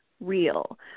real